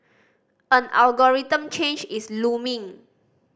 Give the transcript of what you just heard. an algorithm change is looming